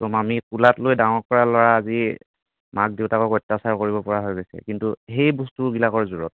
কি ক'ম আমি কোলাত লৈ ডাঙৰ কৰা ল'ৰা আজি মাক দেউতাকক অত্যাচাৰ কৰিব পৰা হৈ গৈছে কিন্তু সেই বস্তুবিলাকৰ জোৰত